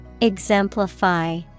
Exemplify